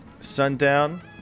sundown